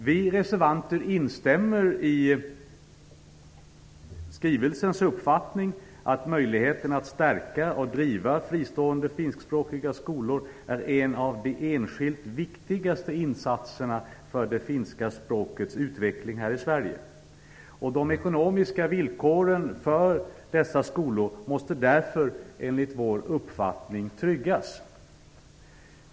Vi reservanter instämmer i den uppfattning som kommer fram i skrivelsen, dvs. att möjligheten att stärka och driva fristående finska skolor är en av de enskilt viktigaste insatserna för det finska språkets utveckling här i Sverige. De ekonomiska villkoren för dessa skolor måste därför enligt vår uppfattning tryggas.